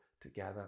together